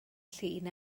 llun